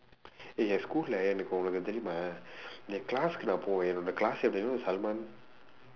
eh என்:en schoolae எனக்கு உனக்கு தெரியுமா என்:enakku unakku theriyumaa en classukku என்னோட:ennooda classmate you know the salman